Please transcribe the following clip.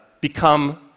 become